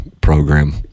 program